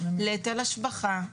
להיטל השבחה,